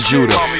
Judah